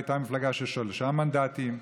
הייתה מפלגה של שלושה מנדטים.